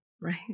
Right